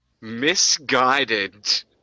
misguided